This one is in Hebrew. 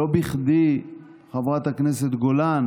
לא בכדי חברת הכנסת גולן